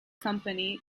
company